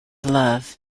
love